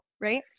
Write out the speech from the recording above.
right